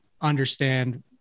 understand